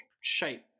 shape